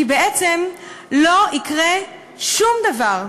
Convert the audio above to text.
כי בעצם לא יקרה שום דבר.